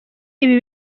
ibi